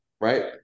right